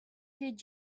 did